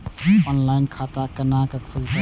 Online खाता केना खुलते?